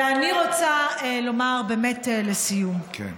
ואני רוצה לומר באמת, לסיום,